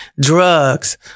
drugs